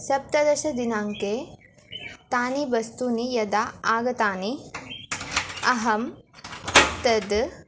सप्तदश दिनाङ्के तानि वस्तूनि यदा आगतानि अहं तद्